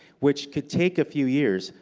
which could take a few years,